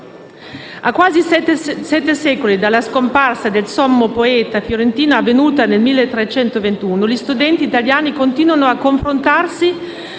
A quasi sette secoli dalla scomparsa del sommo poeta fiorentino, avvenuta nel 1321, gli studenti italiani continuano a confrontarsi